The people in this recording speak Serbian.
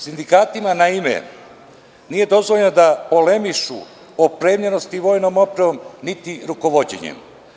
Sindikatima naime nije dozvoljeno da polemišu opremljenosti vojnom opremomniti rukovođenjem.